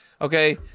okay